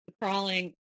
crawling